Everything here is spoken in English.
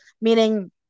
Meaning